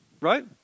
right